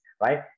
right